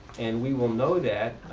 and we will know that